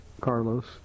Carlos